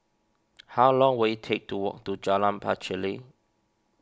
how long will it take to walk to Jalan Pacheli